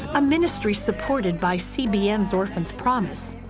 a ministry supported by cbn's orphans' promise.